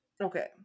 Okay